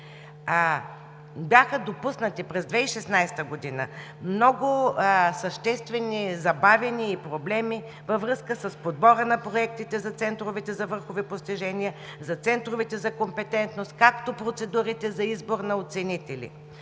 Бяха допуснати през 2016 г. много съществени забавяния и проблеми във връзка с подбора на проектите за центровете за върхови постижения, за центровете за компетентност, както процедурите за избор на оценители,